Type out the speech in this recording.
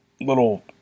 little